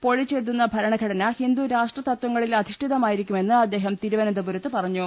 പൊളിച്ചെഴുതുന്ന ഭരണഘടന ഹിന്ദുരാഷ്ട്രതത്വങ്ങളിൽ അധി ഷ്ഠിതമായിരിക്കുമെന്ന് അദ്ദേഹം തിരുവനന്തപുരത്ത് പറഞ്ഞു